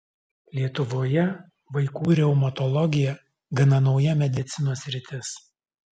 lietuvoje vaikų reumatologija gana nauja medicinos sritis